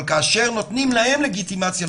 אבל כאשר נותנים להם לגיטימציה,